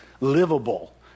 livable